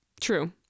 True